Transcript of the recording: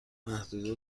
محدود